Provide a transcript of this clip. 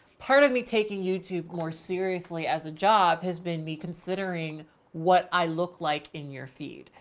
part of me taking youtube more seriously as a job has been me considering what i look like in your feed,